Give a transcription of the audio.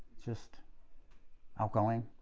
just outgoing.